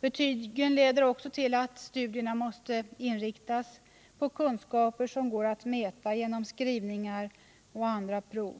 Betygen leder också till att studierna måste inriktas på kunskaper som går att mäta genom skrivningar och andra prov.